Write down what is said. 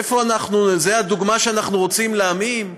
איפה אנחנו, זו הדוגמה שאנחנו רוצים לתת לעמים?